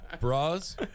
Bras